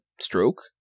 stroke